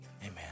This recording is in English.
Amen